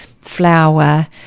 flour